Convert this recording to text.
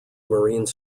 marine